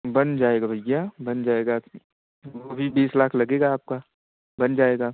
बन जाएगा भैया बन जाएगा वो भी बीस लाख लगेगा आपका बन जाएगा